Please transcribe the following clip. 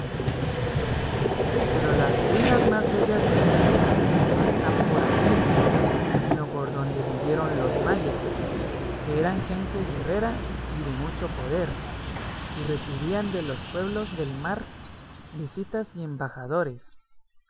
pero las ruinas más bellas de méxico no están por allí sino por donde vivieron los mayas que eran gente guerrera y de mucho poder y recibían de los pueblos del mar visitas y embajadores